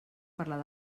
parlar